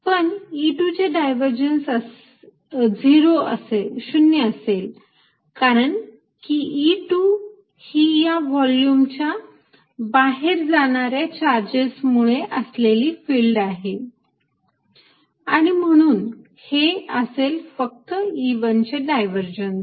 पण E2 चे divergence 0 असेल कारण की E2 ही या व्हॉल्युमच्या बाहेर असणार्या चार्जेस मुळे असलेली फिल्ड आहे आणि म्हणून हे असेल फक्त E1 चे डायव्हर्जन्स